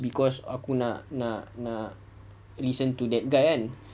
because aku nak nak nak listen to that guy kan